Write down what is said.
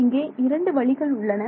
இங்கே இரண்டு வழிகள் உள்ளன